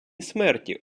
смерті